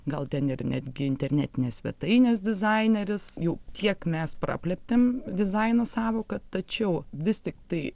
gal ten ir netgi internetinės svetainės dizaineris jau tiek mes praplėtėm dizaino sąvoka tačiau vis tiktai